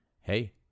hey